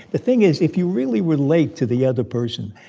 the thing is if you really relate to the other person,